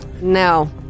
No